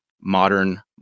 modern